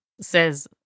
says